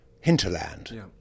hinterland